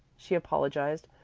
she apologized.